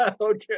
okay